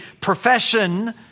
profession